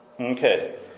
Okay